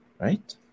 right